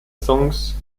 songs